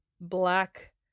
Black